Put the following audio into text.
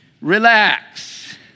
relax